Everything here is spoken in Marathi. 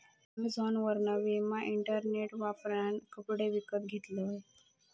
अॅमेझॉनवरना मिया इंटरनेट वापरान कपडे विकत घेतलंय